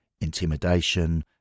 intimidation